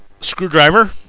screwdriver